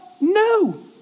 No